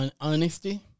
honesty